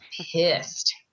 pissed